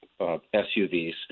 suvs